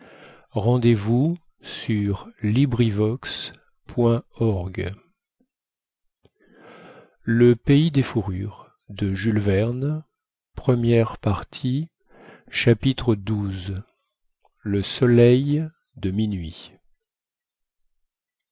retour sur le passé xi en suivant la côte xii le soleil de